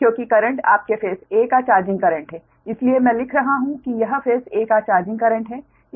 क्योंकि करंट आपके phase a का चार्जिंग करेंट है इसीलिए मैं लिख रहा हूं कि यह फेज a का चार्जिंग करेंट है